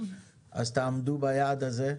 אז תעמדו ביעד הזה,